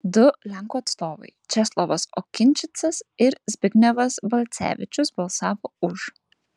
du lenkų atstovai česlovas okinčicas ir zbignevas balcevičius balsavo už